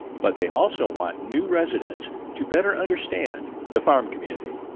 but they also want new residents to better understand the farm community.